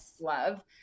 love